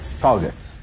targets